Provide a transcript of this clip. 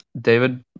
David